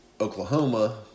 Oklahoma